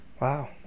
Wow